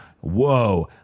whoa